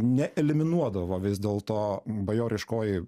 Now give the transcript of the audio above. ne eliminuodavo vis dėlto bajoriškoji